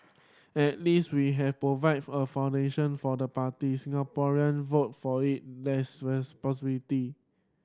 at least we have provided a foundation for the parties Singaporean voted for it there's possibility